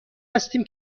هستیم